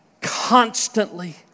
constantly